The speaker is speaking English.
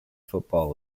football